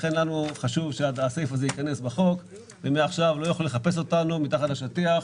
חשוב לנו שהסעיף הזה ייכנס בחוק ושלא יוכלו לחפש אותנו מתחת לשטיח.